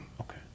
Okay